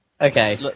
Okay